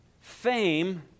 fame